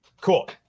Cool